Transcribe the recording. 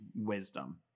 wisdom